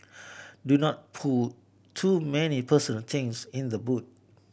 do not put too many personal things in the boot